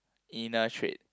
inner trait